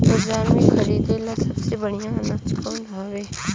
बाजार में खरदे ला सबसे बढ़ियां अनाज कवन हवे?